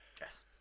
Yes